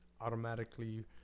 automatically